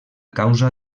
causa